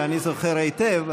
שאני זוכר היטב,